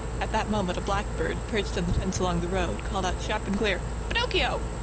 at that moment, a blackbird, perched on the fence along the road, called out sharp and clear pinocchio,